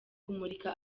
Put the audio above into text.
kumurika